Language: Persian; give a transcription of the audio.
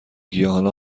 گیاهان